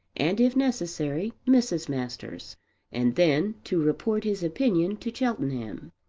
and if necessary mrs. masters and then to report his opinion to cheltenham.